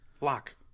Lock